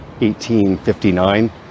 1859